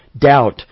doubt